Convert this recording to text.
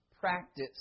practice